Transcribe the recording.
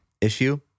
issue